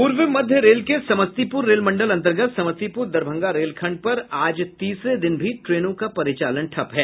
पूर्व मध्य रेल के समस्तीपुर रेल मंडल अंतर्गत समस्तीपुर दरभंगा रेलखंड पर आज तीसरे दिन भी ट्रेनों का परिचालन ठप है